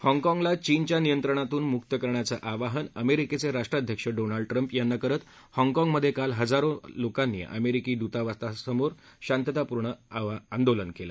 हाँगहॉगला चीनच्या नियंत्रणातून मुक्त करण्याचं आवाहन अमेरिकेचे राष्ट्राध्यक्ष डोनाल्ड ट्रम्प यांना करत हॉगकॉग मध्ये काल हजारो लोकांनी अमेरिकी दूतावासासमोर शांततापूर्ण आंदोलन केलं